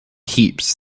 heaps